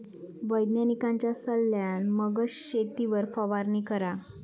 वैज्ञानिकांच्या सल्ल्यान मगच शेतावर फवारणी करा